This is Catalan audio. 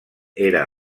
era